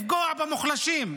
לפגוע במוחלשים,